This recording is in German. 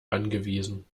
angewiesen